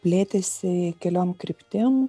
plėtėsi keliom kryptim